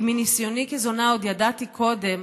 כי מניסיוני כזונה עוד ידעתי קודם